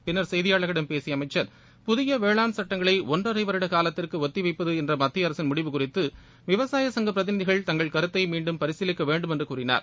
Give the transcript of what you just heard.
பின்னர் செய்தியாளர்களிடம் பேசிய அமைச்சர் புதிய வேளான் சட்டங்களை ஒன்றரை வருட காலத்திற்கு ஒத்தி வைப்பது என்ற மத்திய அரசின் முடிவு குறித்து விவசாய சங்கப் பிரதிநிதிகள் தங்கள் கருத்தை மீண்டும் பரிசீலிக்க வேண்டுமென்று கூறினார்